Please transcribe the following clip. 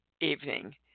evening